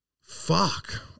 fuck